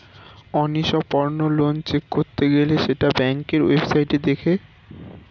অনিষ্পন্ন loan check করতে গেলে সেটা ব্যাংকের ওয়েবসাইটে দেখে